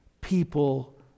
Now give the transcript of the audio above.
people